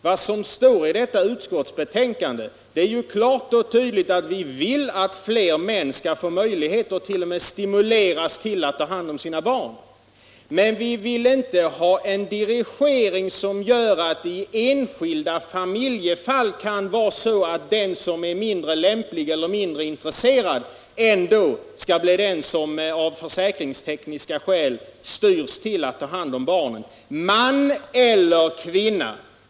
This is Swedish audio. Vad som står i utskottsbetänkandet är ju klart och tydligt att vi vill att fler män skall få möjlighet till och t.o.m. skall stimuleras till att ta hand om sina barn. Men vi vill inte ha en sådan dirigering att det i det enskilda familjefallet kan bli så att den som är mindre lämplig eller mindre intresserad ändå, av försäkringstekniska skäl, styrs in på att ta hand om barnet, och det gäller oavsett om föräldern är man eller kvinna.